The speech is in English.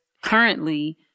currently